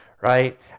right